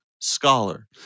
scholar